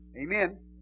amen